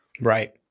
Right